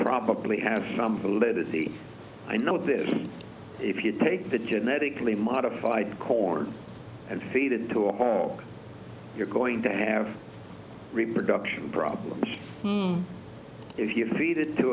probably has some validity i know that if you take the genetically modified corn and feed it into a home you're going to have reproduction problems if you feed it to